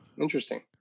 interesting